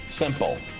Simple